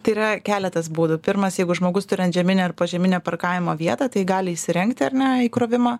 tai yra keletas būdų pirmas jeigu žmogus turi antžeminę ar požeminę parkavimo vietą tai gali įsirengti ar ne įkrovimą